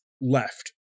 left